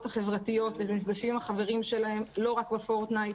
החברתיות ואת המפגשים עם החברים שלהם לא רק בפורטנייט